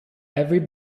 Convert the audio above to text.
every